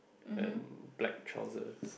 and black trousers